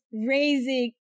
raising